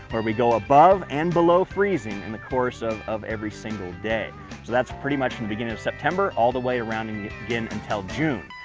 where we go above and below freezing in the course of of every single day. so that's pretty much from beginning of september all the way around and you begin until june.